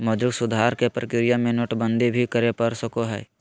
मौद्रिक सुधार के प्रक्रिया में नोटबंदी भी करे पड़ सको हय